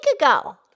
ago